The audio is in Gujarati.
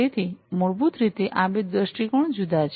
તેથી મૂળભૂત રીતે આ બે દ્રષ્ટિકોણ જુદા છે